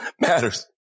matters